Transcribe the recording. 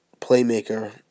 playmaker –